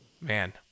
Man